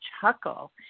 chuckle